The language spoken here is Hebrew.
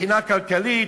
מבחינה כלכלית,